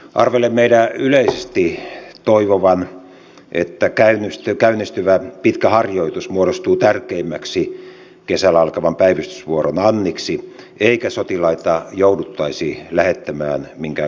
arvelen meidän yleisesti toivovan että käynnistyvä pitkä harjoitus muodostuu tärkeimmäksi kesällä alkavan päivystysvuoron anniksi eikä sotilaita jouduttaisi lähettämään minkään kriisin hallintaan